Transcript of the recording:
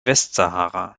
westsahara